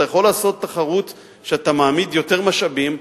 אתה יכול לעשות תחרות כשאתה מעמיד יותר משאבים,